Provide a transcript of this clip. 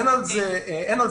אין על זה דיון.